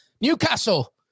Newcastle